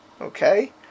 okay